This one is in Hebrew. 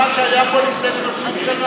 כי מה שהיה פה לפני 30 שנה,